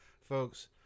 Folks